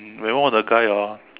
when one of the guy orh